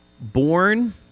born